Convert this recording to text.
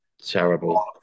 terrible